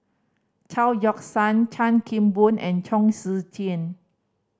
Chao Yoke San Chan Kim Boon and Chong Tze Chien